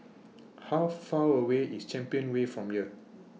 How Far away IS Champion Way from here